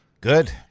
Good